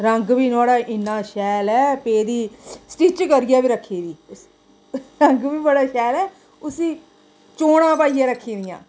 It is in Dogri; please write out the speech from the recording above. रंग बी नोआढ़ा इन्ना शैल ऐ कि एह्दी स्टिच करियै बी रक्खी दी रंग बी बड़ा शैल ऐ उसी चौना पाइयै रक्खी दियां